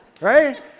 right